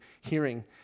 hearing